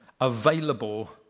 available